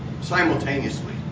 simultaneously